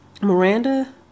miranda